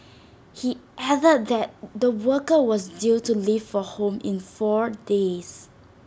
he added that the worker was due to leave for home in four days